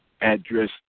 address